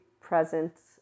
presence